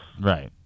right